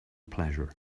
pleasure